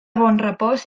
bonrepòs